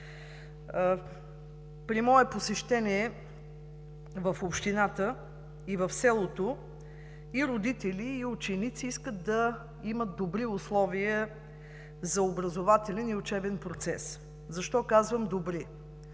При мое посещение в общината и в селото и родители, и ученици искат да имат добри условия за образователен и учебен процес. Защо казвам „добри“?